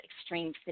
extreme